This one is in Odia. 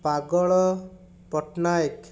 ପାଗଳ ପଟ୍ଟନାୟକ